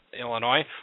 Illinois